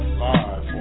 live